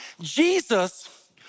Jesus